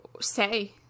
say